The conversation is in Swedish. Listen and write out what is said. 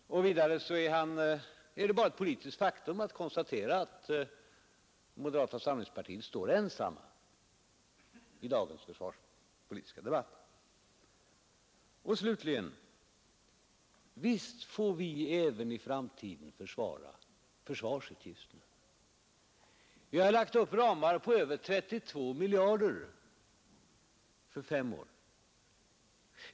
Vidare är det bara ett politiskt faktum att konstatera att moderata samlingspartiet står ensamt i dagens försvarspolitiska debatt. Slutligen, visst får vi även i framtiden försvara försvarsutgifterna. Vi har lagt upp ramar på över 32 miljarder för fem år.